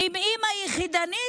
אימא יחידנית,